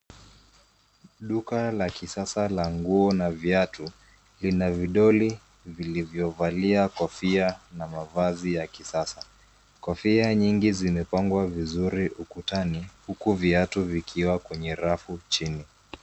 Duka la kisasa la nguo na viatu, lina vidoli vilivyovalia kofia, na mavazi ya kisasa. Kofia nyingi zimepangwa vizuri ukutani huku, viatu vikiwa kwenye rafu chini.